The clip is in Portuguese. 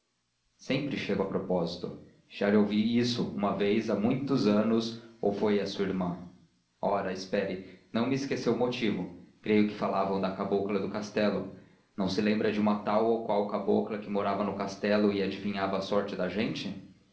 sempre a propósito já lhe ouvi isso uma vez há muitos anos ou foi a sua irmã ora espere não me esqueceu o motivo creio que falavam da cabocla do castelo não se lembra de uma tal ou qual cabocla que morava no castelo e adivinhava a sorte da gente